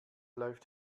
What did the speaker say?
läuft